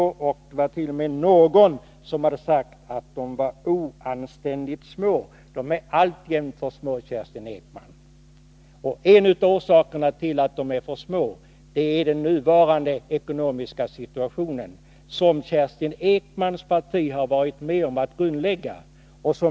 Det var t.o.m. någon som hade sagt att de var oanständigt små. De är alltjämt för små, Kerstin Ekman. Och en av orsakerna till att de är för små är den nuvarande ekonomiska situationen, som Kerstin Ekmans parti har varit med om att grundlägga.